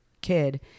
kid